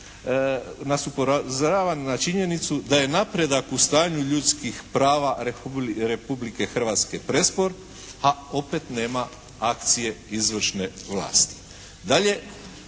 nas upozorava na činjenicu da je napredak u stanju ljudskih prava Republike Hrvatske prespor, a opet nema akcije izvršne vlasti.